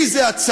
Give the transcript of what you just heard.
מי זה הצאר?